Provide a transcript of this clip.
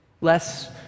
less